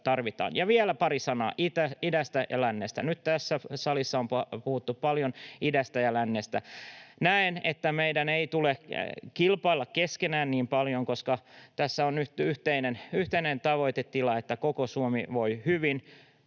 Ja vielä pari sanaa idästä ja lännestä. Nyt tässä salissa on puhuttu paljon idästä ja lännestä. Näen, että meidän ei tule kilpailla keskenään niin paljon, koska tässä on nyt yhteinen tavoitetila, että koko Suomi voi hyvin.